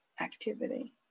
activity